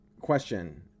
Question